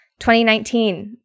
2019